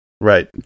Right